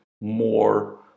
more